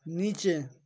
नीचे